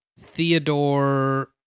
Theodore